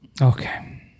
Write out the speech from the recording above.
Okay